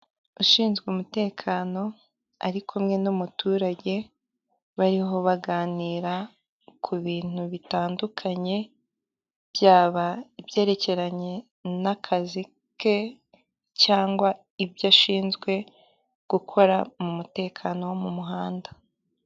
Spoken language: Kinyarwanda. Ushinzwe umutekano ari kumwe n'umuturage, bariho baganira ku bintu bitandukanye byaba ibyerekeranye n'akazi ke cyangwa ibyo ashinzwe gukora mu mutekano wo mu muhanda.